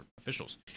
officials